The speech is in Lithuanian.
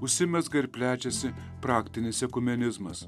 užsimezga ir plečiasi praktinis ekumenizmas